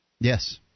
Yes